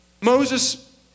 Moses